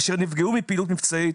אשר נפגעו מפעילות מבצעית,